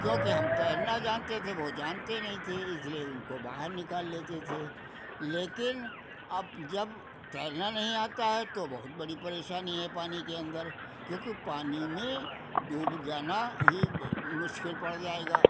क्योंकि हम तैरना जानते थे वो जानते नहीं थे इसलिए उनको बाहर निकाल लेते थे लेकिन अप जब तैरना नहीं आता है तो बहुत बड़ी परेशानी है पानी के अंदर क्योंकि पानी में डूब जाना ही मुश्किल पड़ जाएगा